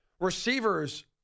Receivers